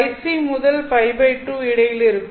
Øc முதல் Π2 இடையில் இருக்கும்